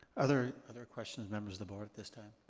other other questions, members of the board, at this time?